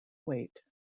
weight